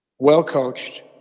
well-coached